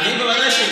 אני בוודאי אתמוך.